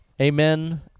Amen